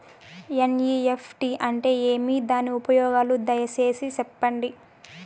NEFT అంటే ఏమి? దాని ఉపయోగాలు దయసేసి సెప్పండి?